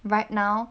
right now